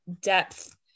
depth